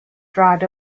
dried